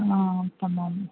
आम् उत्तमम्